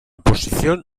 posición